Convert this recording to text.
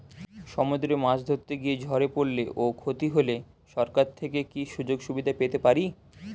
সমুদ্রে মাছ ধরতে গিয়ে ঝড়ে পরলে ও ক্ষতি হলে সরকার থেকে কি সুযোগ সুবিধা পেতে পারি?